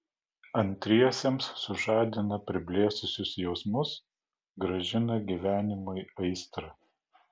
antriesiems sužadina priblėsusius jausmus grąžina gyvenimui aistrą